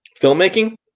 filmmaking